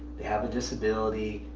they have a disability,